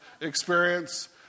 experience